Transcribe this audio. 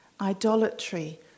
idolatry